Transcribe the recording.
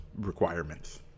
requirements